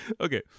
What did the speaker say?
Okay